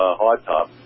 hardtop